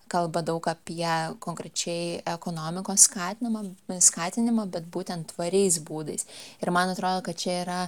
kalba daug apie konkrečiai ekonomikos skatinimą skatinimą bet būtent tvariais būdais ir man atrodo kad čia yra